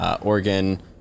Oregon